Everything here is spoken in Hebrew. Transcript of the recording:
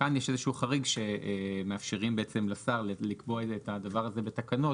כאן יש איזשהו חריג שמאפשרים בעצם לשר לקבוע את הדבר הזה בתקנות